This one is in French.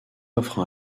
offre